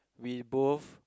we both